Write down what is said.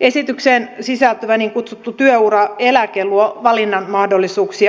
esitykseen sisältyvä niin kutsuttu työuraeläke luo